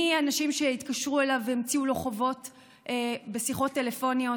מאנשים שהתקשרו אליו והמציאו לו חובות בשיחות טלפוניות,